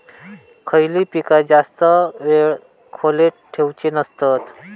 खयली पीका जास्त वेळ खोल्येत ठेवूचे नसतत?